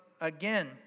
again